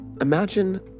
Imagine